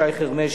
שי חרמש,